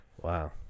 Wow